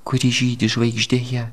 kuri žydi žvaigždėje